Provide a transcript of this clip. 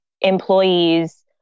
employees